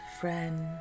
friend